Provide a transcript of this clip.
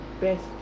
best